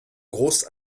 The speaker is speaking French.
grosse